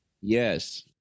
yes